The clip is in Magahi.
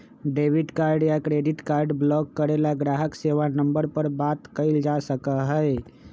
डेबिट कार्ड या क्रेडिट कार्ड ब्लॉक करे ला ग्राहक सेवा नंबर पर बात कइल जा सका हई